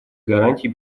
гарантий